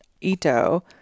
Ito